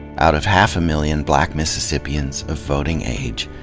out of half a million black mississippians of voting age,